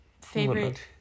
favorite